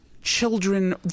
Children